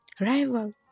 rival